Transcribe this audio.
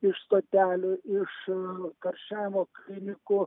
iš stotelių iš karščiavimo klinikų